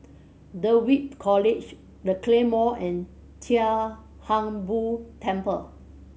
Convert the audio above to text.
Dulwich College The Claymore and Chia Hung Boo Temple